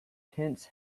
tents